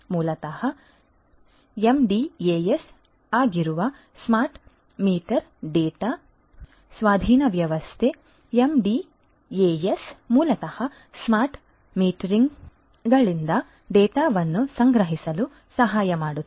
ಮೂಲತಃ ಎಂಡಿಎಎಸ್ ಆಗಿರುವ smart meter data ಸ್ವಾಧೀನ ವ್ಯವಸ್ಥೆ ಎಂಡಿಎಎಸ್ ಮೂಲತಃ ಸ್ಮಾರ್ಟ್ ಮೀಟರ್ಗಳಿಂದ ಡೇಟಾವನ್ನು ಸಂಗ್ರಹಿಸಲು ಸಹಾಯ ಮಾಡುತ್ತದೆ